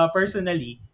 personally